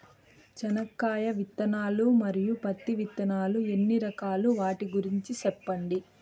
చెనక్కాయ విత్తనాలు, మరియు పత్తి విత్తనాలు ఎన్ని రకాలు వాటి గురించి సెప్పండి?